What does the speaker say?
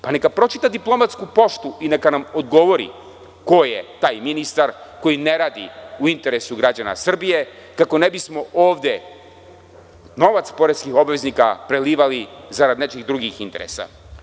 Pa, neka pročita diplomatsku poštu i neka nam odgovori ko je taj ministar koji ne radi u interesu građana Srbije kako ne bismo ovde novac poreskih obveznika prelivali zarad nečijih drugih interesa.